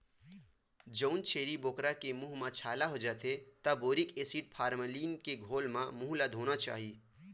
जउन छेरी बोकरा के मूंह म छाला हो जाथे त बोरिक एसिड, फार्मलीन के घोल म मूंह ल धोना चाही